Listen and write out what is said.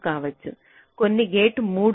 5 కావచ్చు కొన్ని గేట్ 3